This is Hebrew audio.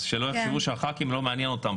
אז שלא יחשבו שלא מעניין את הח"כים.